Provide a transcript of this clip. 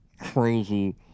crazy